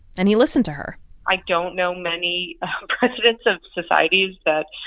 and he listened to her i don't know many presidents of societies that,